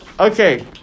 Okay